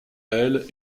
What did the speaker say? elle